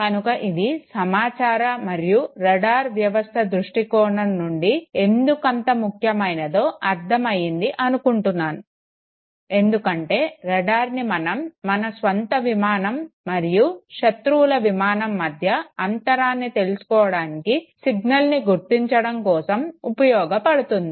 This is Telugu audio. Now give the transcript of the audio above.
కనుక ఇది సమాచార మరియు రాడార్ వ్యవస్థ దృష్ఠి కోణం నుండి ఎందుకంత ముఖ్యమైనదో అర్ధం అయ్యింది అనుకుంటున్నాను ఎందుకంటే రాడార్ని మనం మన స్వంత విమానం మరియు శత్రువుల విమానం మధ్య అంతరాన్ని తెలుసుకోవడానికి సిగ్నల్ని గుర్తించడం కొరకు ఉపయోగపడుతుంది